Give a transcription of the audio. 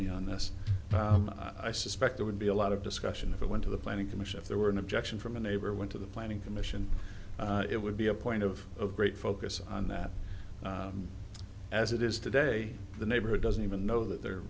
me on this but i suspect there would be a lot of discussion of it went to the planning commission if there were an objection from a neighbor went to the planning commission would be a point of great focus on that as it is today the neighborhood doesn't even know that they're